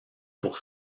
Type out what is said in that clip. pour